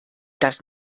das